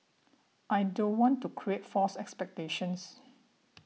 I don't want to create false expectations